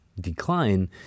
decline